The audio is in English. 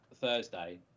Thursday